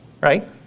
right